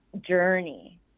journey